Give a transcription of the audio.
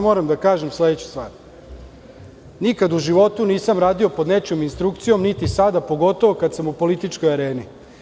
Moram da kažem sledeću stvar – nikad u životu nisam radio pod nečijom instrukcijom, niti sada, pogotovo kada smo u političkoj areni.